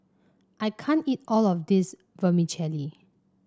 I can't eat all of this Vermicelli